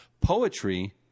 Poetry